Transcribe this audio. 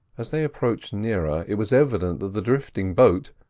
as they approached nearer, it was evident that the drifting boat,